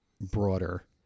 broader